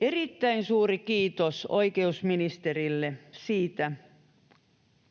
Erittäin suuri kiitos oikeusministerille siitä,